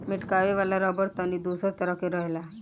मेटकावे वाला रबड़ तनी दोसरे तरह के रहेला